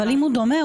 אבל אם הוא דומה,